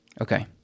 Okay